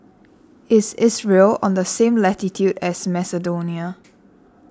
is Israel on the same latitude as Macedonia